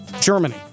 Germany